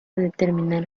determinar